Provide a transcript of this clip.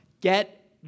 Get